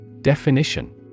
Definition